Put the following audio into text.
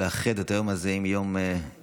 את האיחוד של היום הזה עם יום ירושלים